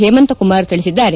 ಹೇಮಂತ್ ಕುಮಾರ್ ತಿಳಿಸಿದ್ದಾರೆ